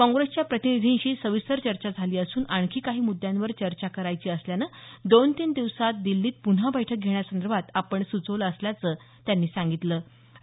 काँग्रेसच्या प्रतिनिधींशी सविस्तर चर्चा झाली असून आणखी काही मुद्दांवर चर्चा करायची असल्यानं दोन तीन दिवसांत दिल्लीत पुन्हा बैठक घेण्यासंदर्भात आपण सुचवलं असल्याचं त्यांनी या संदर्भात नमुद केलं